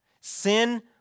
Sin